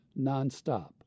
nonstop